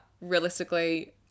realistically